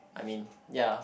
I mean ya